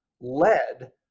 lead